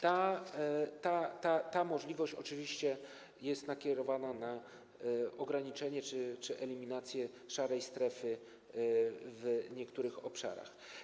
Ta możliwość oczywiście jest nakierowana na ograniczenie czy eliminację szarej strefy w niektórych obszarach.